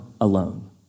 alone